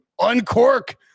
uncork